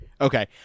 Okay